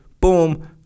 boom